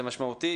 זה משמעותי.